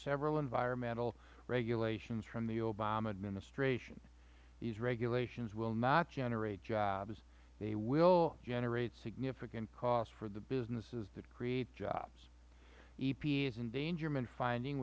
several environmental regulations from the obama administration these regulations will not generate jobs they will generate significant costs for the businesses that create jobs epa's endangerment finding